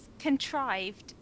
contrived